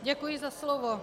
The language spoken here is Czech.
Děkuji za slovo.